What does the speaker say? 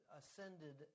ascended